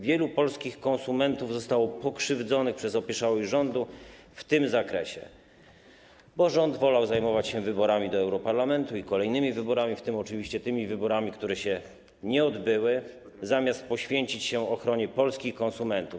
Wielu polskich konsumentów zostało pokrzywdzonych przez opieszałość rządu w tym zakresie, bo rząd wolał zajmować się wyborami do europarlamentu i kolejnymi wyborami, w tym oczywiście tymi wyborami, które się nie odbyły, zamiast poświęcić się ochronie polskich konsumentów.